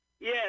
Yes